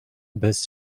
bez